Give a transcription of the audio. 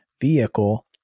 vehicle